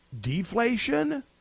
deflation